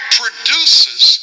produces